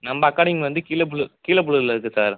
நம்ம அகாடமி வந்து கீழபல்லூர் கீழபல்லூரில் இருக்குதி சார்